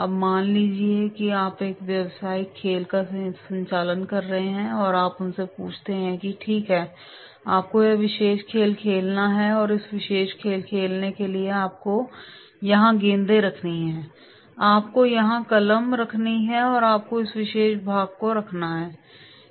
अब मान लीजिए कि आप एक व्यवसायिक खेल का संचालन कर रहे हैं और आप उनसे पूछते हैं कि ठीक है आपको यह विशेष खेल खेलना होगा और इस विशेष खेल को खेलने के लिए आपको यहाँ गेंदें रखनी होंगी आपको यहाँ कलम रखनी होगी आपको इस विशेष भाग को रखना होगा